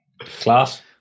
class